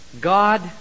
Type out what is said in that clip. God